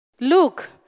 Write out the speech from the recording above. Look